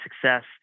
success